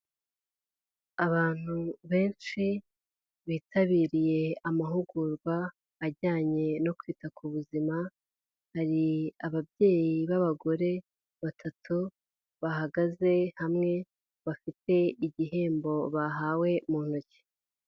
Abantu benshi, bitabiriye amahugurwa, ajyanye no kwita ku buzima, hari ababyeyi b'abagore batatu, bahagaze hamwe, bafite igihembo bahawe mu ntoki.